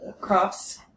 crops